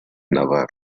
navarro